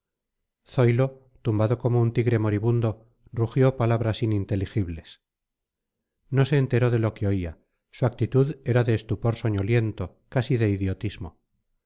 mío zoilo tumbado como un tigre moribundo rugió palabras ininteligibles no se enteró de lo que oía su actitud era de estupor soñoliento casi de idiotismo